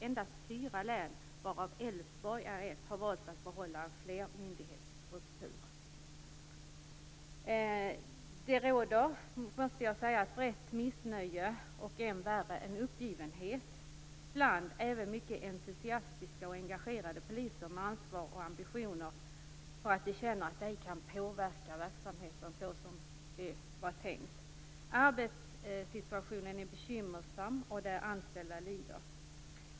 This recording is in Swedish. Endast fyra län, varav Älvsborg är ett, har valt att behålla en flermyndighetsstruktur. Det råder, måste jag säga, ett brett missnöje och, än värre, en uppgivenhet även bland mycket entusiastiska och engagerade poliser med ansvar och ambitioner. De känner att de inte kan påverka verksamheten så som det var tänkt. Arbetssituationen är bekymmersam, och de anställda lider.